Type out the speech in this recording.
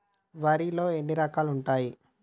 వరిలో ఎన్ని రకాలు ఉంటాయి?